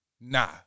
Nah